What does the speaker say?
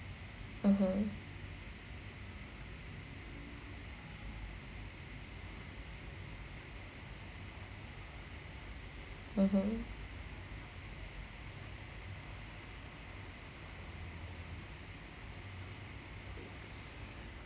(uh huh) (uh huh)